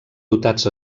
dotats